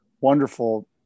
wonderful